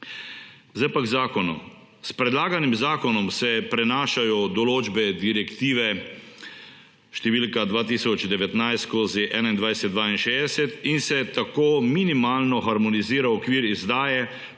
Zdaj pa k zakonu. S predlaganim zakonom se prenašajo določbe Direktive številka 2019/2162 in se tako minimalno harmonizira okvir izdaje